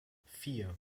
vier